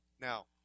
Now